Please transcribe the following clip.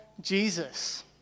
Jesus